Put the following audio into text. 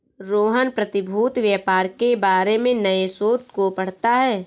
रोहन प्रतिभूति व्यापार के बारे में नए शोध को पढ़ता है